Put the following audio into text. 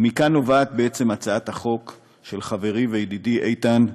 ומכאן נובעת בעצם הצעת החוק של חברי וידידי איתן,